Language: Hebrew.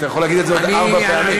אתה יכול להגיד את זה עוד ארבע פעמים.